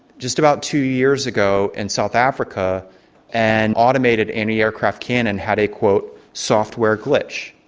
just about two years ago in south africa an automated anti-aircraft cannon had a, quote, software glitch.